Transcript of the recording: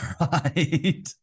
right